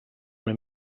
una